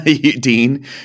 Dean